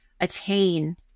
attain